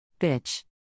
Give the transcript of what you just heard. Bitch